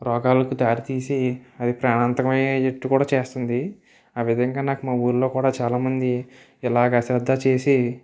రోగాలకు దారితీసి అవి ప్రాణాంతకమయ్యేటట్టు కూడా చేస్తుంది ఆ విధంగా నాకు మా ఊళ్ళో కూడా చాలా మంది ఇలా అశ్రద్ధ చేసి